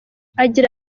agira